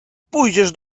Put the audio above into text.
pójdziesz